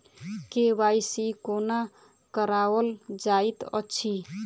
KYC कोना कराओल जाइत अछि?